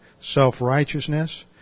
self-righteousness